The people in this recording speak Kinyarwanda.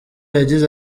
yagize